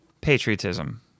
Patriotism